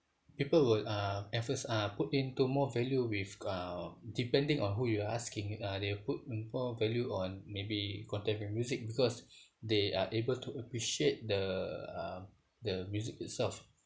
people would uh at first uh put into more value with uh depending on who you are asking uh they will put more value on maybe contemporary music because they are able to appreciate the um the music itself